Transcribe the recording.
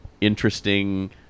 interesting